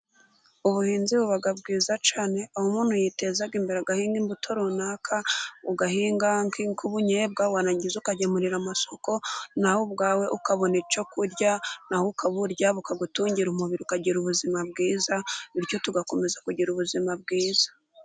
Ubuhinzi buba bwiza cyane aho umuntu yiteza imbere agahinga imbuto runaka, ugahinga nk'ubunyobwa warangiza ukagemurira amasoko, nawe ubwawe ukabona icyo kurya, na we ukaburya bukagutungira umubiri ukagira ubuzima bwiza, bityo tugakomeza kugira ubuzima bwiza.